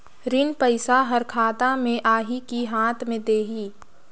ऋण पइसा हर खाता मे आही की हाथ मे देही?